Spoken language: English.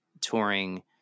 touring